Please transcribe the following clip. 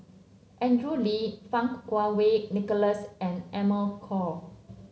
Andrew Lee Fang Kuo Wei Nicholas and Amy Khor